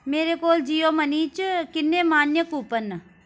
मेरे कोल जियो मनी च किन्ने मान्य कूपन न